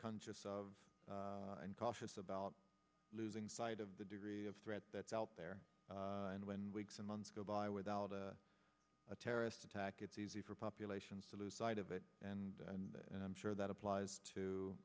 conscious of and cautious about losing sight of the degree of threat that's out there and when weeks and months go by without a terrorist attack it's easy for populations to lose sight of it and and i'm sure that applies to